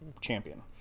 champion